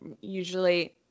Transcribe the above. usually